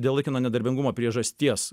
dėl laikino nedarbingumo priežasties